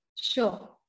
Sure